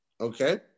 Okay